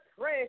pray